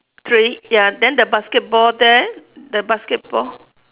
three ya then the basketball there the basketball